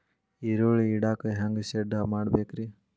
ಈರುಳ್ಳಿ ಇಡಾಕ ಹ್ಯಾಂಗ ಶೆಡ್ ಮಾಡಬೇಕ್ರೇ?